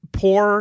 poor